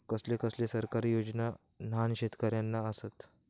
कसले कसले सरकारी योजना न्हान शेतकऱ्यांना आसत?